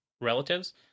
relatives